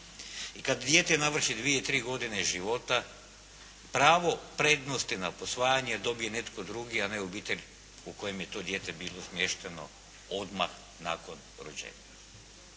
i kad dijete navrši dvije, tri godine života pravo prednosti na posvajanje dobije netko drugi a ne obitelj u kojoj je to dijete bilo smješteno odmah nakon rođenja.